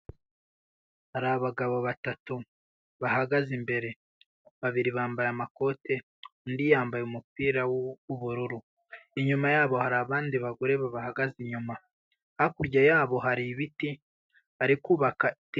Hari abagabo batatu bahagaze imbere babiri bambaye amakote undi yambaye umupira w'ubururu inyuma yabo hari abandi bagore bahagaze inyuma, hakurya yabo hari ibiti bari kubaka.